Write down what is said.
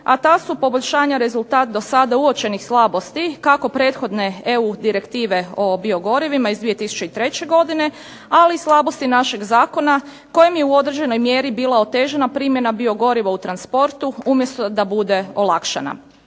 a tu su poboljšanja rezultat do sada uočenih slabosti kako prethodne EU direktive o biogorivima iz 2003. godine, ali i slabosti našeg zakona koje je u određenoj mjeri bila otežana primjena biogoriva u transportu umjesto da bude olakšana.